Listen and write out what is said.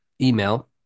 email